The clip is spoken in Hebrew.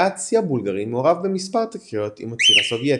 היה הצי הבולגרי מעורב במספר תקריות עם הצי הסובייטי.